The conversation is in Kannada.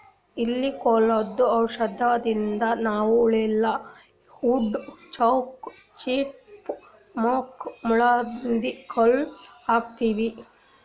ಇಲಿ ಕೊಲ್ಲದು ಔಷಧದಿಂದ ನಾವ್ ಅಳಿಲ, ವುಡ್ ಚಕ್ಸ್, ಚಿಪ್ ಮಂಕ್ಸ್, ಮುಳ್ಳಹಂದಿ ಕೊಲ್ಲ ಹಾಕ್ತಿವಿ